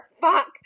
fuck